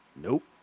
Nope